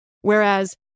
Whereas